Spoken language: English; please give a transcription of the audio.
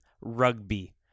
rugby